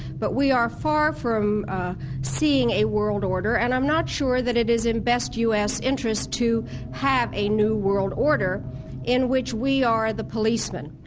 but we are far from seeing a world order and i'm not sure that it is in best u s. interest to have a new world order in which we are the policemen.